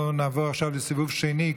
נעבור לסיבוב שני.